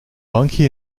bankje